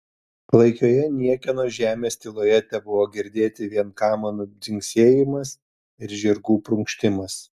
klaikioje niekieno žemės tyloje tebuvo girdėti vien kamanų dzingsėjimas ir žirgų prunkštimas